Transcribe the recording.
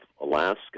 Alaska